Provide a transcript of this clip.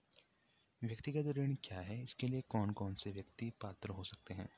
व्यक्तिगत ऋण क्या है इसके लिए कौन कौन व्यक्ति पात्र हो सकते हैं?